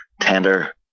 tender